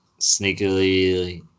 sneakily